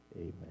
amen